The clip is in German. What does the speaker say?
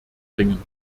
bringen